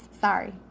Sorry